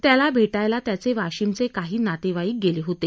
त्याला भेटायला त्याचे वाशिमचे काही नातेवाईक गेले होते